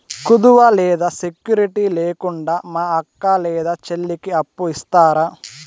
కుదువ లేదా సెక్యూరిటి లేకుండా మా అక్క లేదా చెల్లికి అప్పు ఇస్తారా?